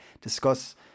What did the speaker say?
discuss